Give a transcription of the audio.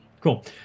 cool